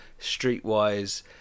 streetwise